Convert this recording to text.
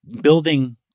building